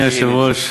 אדוני היושב-ראש,